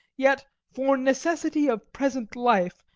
yet, for necessity of present life,